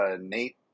Nate